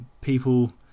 people